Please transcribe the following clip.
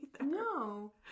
No